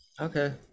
Okay